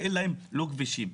שאין להם לא כבישים,